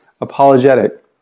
apologetic